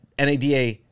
NADA